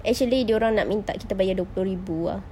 actually dia orang nak minta kita bayar dua puluh ribu ah